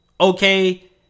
Okay